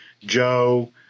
Joe